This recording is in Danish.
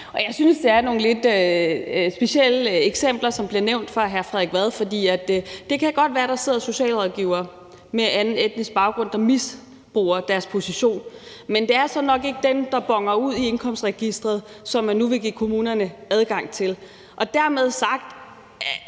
Jeg synes, at det er nogle lidt specielle eksempler, som bliver nævnt af hr. Frederik Vad. Det kan godt være, at der sidder socialrådgivere med anden etnisk baggrund, som misbruger deres position, men det er nok ikke dem, der boner ud i indkomstregistret, som man nu vil give kommunerne adgang til. Dermed er